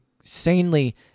insanely